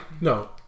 No